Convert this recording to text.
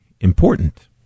important